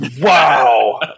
wow